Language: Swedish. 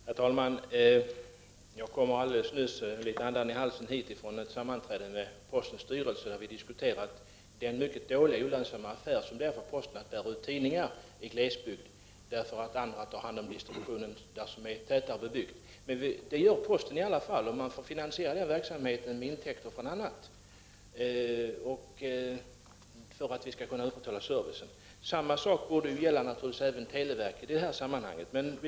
Herr talman! Jag kom alldeles nyss med andan i halsen hit från ett sammanträde med postens styrelse, där vi diskuterade den mycket dåliga och olönsamma affär som det är för posten att bära ut tidningar i glesbygd. I områden med tätare bebyggelse är det andra som tar hand om distributionen. Men posten bedriver ändå denna verksamhet, och man finansierar verksamheten med intäkter från andra områden. Detta är nödvändigt för att kunna upprätthålla servicen. Samma sak borde naturligtvis gälla televerket i det sammanhanget. Men = Prot.